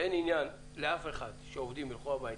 אין עניין שאף עובד ילך הביתה.